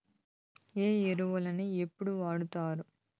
ఏ ఎరువులని ఎప్పుడు వాడుతారు?